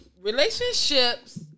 relationships